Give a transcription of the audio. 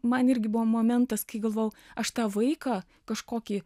man irgi buvo momentas kai galvojau aš tą vaiką kažkokį